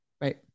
Right